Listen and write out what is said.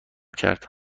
کرد